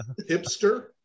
hipster